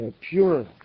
pure